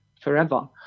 forever